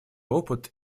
опыт